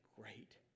great